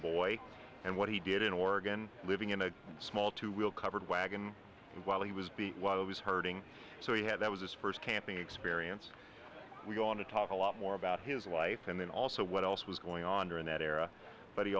boy and what he did in oregon living in a small two wheel covered wagon while he was beat while was hurting so he had that was his first camping experience we want to talk a lot more about his life and then also what else was going on during that era but he